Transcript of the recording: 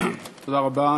תודה רבה.